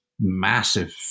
massive